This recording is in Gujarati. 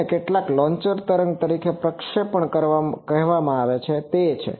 જેને કેટલાક લોન્ચર જેને તરંગ પ્રક્ષેપણ કહેવામાં આવે છે તે છે